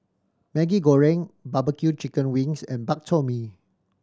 Maggi Goreng barbecue chicken wings and Bak Chor Mee